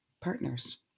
partners